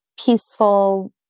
peaceful